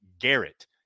Garrett